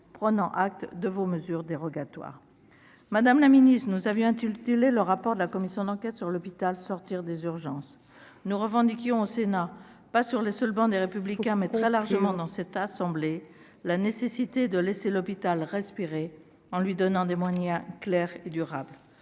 prenant acte de vos mesures dérogatoires, Madame la Ministre, nous avions un tulle télé le rapport de la commission d'enquête sur l'hôpital, sortir des urgences, nous revendiquons au Sénat, pas sur les seuls bancs des républicains mais très largement dans cette assemblée, la nécessité de laisser l'hôpital respirer en lui donnant des moyens clair et durable,